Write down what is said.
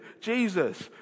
Jesus